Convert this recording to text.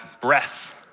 breath